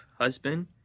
husband